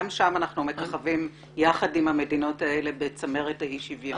גם שם אנחנו מככבים יחד עם המדינות האלה בצמרת האי-שוויון.